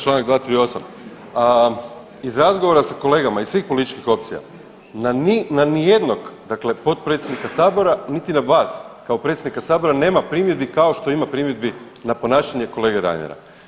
Čl. 238., iz razgovora sa kolegama iz svih političkih opcija na nijednog dakle potpredsjednika sabora niti na vas kao predsjednika sabora nema primjedbi kao što ima primjedbi na ponašanje kolege Reinera.